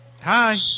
hi